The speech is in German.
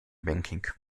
banking